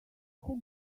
who